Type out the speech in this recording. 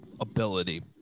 ability